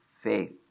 faith